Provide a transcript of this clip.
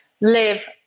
live